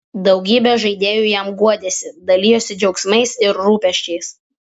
daugybė žaidėjų jam guodėsi dalijosi džiaugsmais ir rūpesčiais